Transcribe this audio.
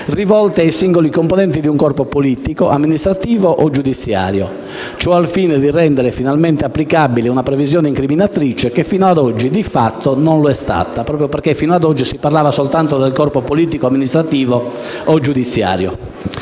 rivolte a singoli componenti di un corpo politico, amministrativo o giudiziario; ciò al fine di rendere finalmente applicabile una previsione incriminatrice che fino ad oggi di fatto non lo è stata, proprio perché fino ad oggi si parlava soltanto del corpo politico, amministrativo o giudiziario.